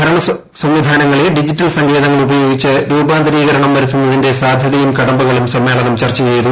ഭരണ സംവിധാനങ്ങളെ ഡിജിറ്റൽ സങ്കേതങ്ങൾ ഉപയോഗിച്ച് രൂപാന്തരീകരണം വരുത്തുന്നതിന്റെ സാധ്യതയും കടമ്പകളും സമ്മേളനം ചർച്ച ചെയ്തു